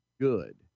Good